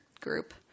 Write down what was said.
group